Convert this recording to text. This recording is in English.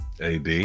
Ad